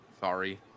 sorry